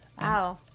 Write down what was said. Wow